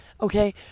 Okay